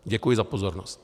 Děkuji za pozornost.